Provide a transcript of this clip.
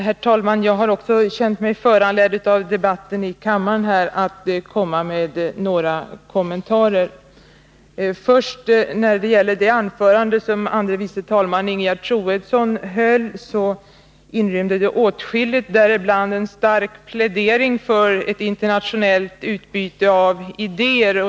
Herr talman! Också jag har känt mig föranledd av debatten här i kammaren att göra några kommentarer. Det anförande som förste vice talmannen Ingegerd Troedsson höll inrymde åtskilligt, däribland en stark plädering för ett internationellt utbyte av idéer.